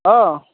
অ'